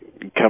come